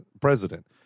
president